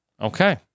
Okay